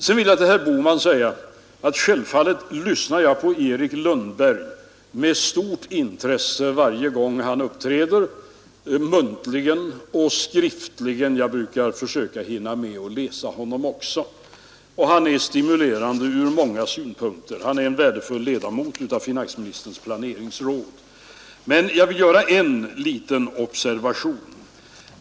Till herr Bohman vill jag säga att jag självfallet lyssnar på Erik Lundberg med stort intresse varje gång han uppträder muntligen och även skriftligen — jag brukar försöka hinna med att också läsa honom. Han är från många synpunkter stimulerande. Han är en värdefull ledamot av finansministerns planeringsråd Men jag vill göra en liten observation.